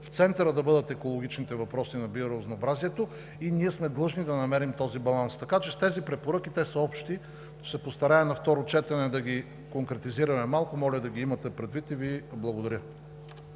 в центъра да бъдат екологичните въпроси на биоразнообразието, и ние сме длъжни да намерим този баланс. Така че с тези препоръки – те са общи, ще се постарая на второ четене да ги конкретизираме малко, моля да ги имате предвид и Ви благодаря.